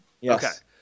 Yes